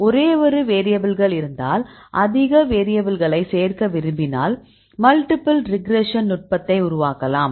ஒரே ஒரு வேரியபில்கள் இருந்தால் அதிக வேரியபில்களை சேர்க்க விரும்பினால் மல்டிபிள் ரிக்ரேஷன் நுட்பத்தை உருவாக்கலாம்